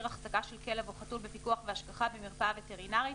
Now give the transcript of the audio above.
החזקה של כלב או חתול בפיקוח והשגחה במרפאה וטרינרית